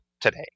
today